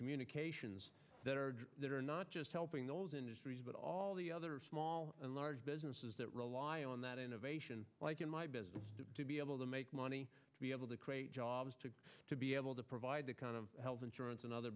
communications that are not just helping those industries but all the other small and large businesses that rely on that innovation like in my business to be able to make money to be able to create jobs to to be able to provide the kind of health insurance and other